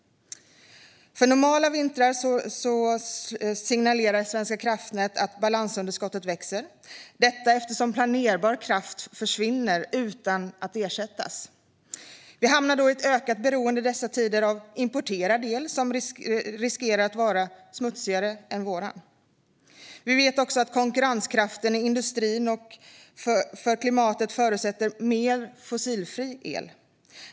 Normala vintrar signalerar Svenska kraftnät att balansunderskottet växer. Detta eftersom planerbar kraft försvinner utan att ersättas. Vi hamnar då i ett ökat beroende dessa tider av importerad el som riskerar att vara smutsigare än vår. Vi vet också att konkurrenskraften i industrin liksom klimatet förutsätter mer fossilfri el.